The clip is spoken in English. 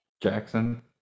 Jackson